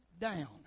down